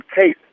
case